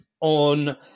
on